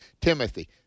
Timothy